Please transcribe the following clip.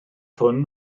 hwn